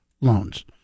loans